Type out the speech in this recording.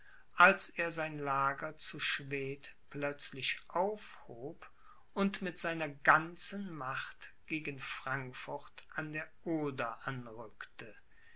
als er sein lager zu schwedt plötzlich aufhob und mit seiner ganzen macht gegen frankfurt an der oder anrückte